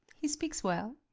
he speaks well.